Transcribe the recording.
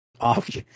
Off